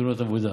בתאונות עבודה.